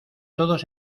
todos